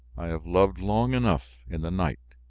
i have loved long enough in the night.